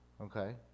Okay